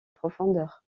profondeur